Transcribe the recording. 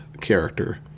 character